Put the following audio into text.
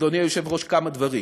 אדוני היושב-ראש, כמה דברים.